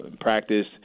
practice